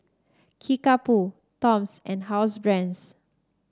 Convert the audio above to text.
Kickapoo Toms and Housebrands